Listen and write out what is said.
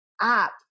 app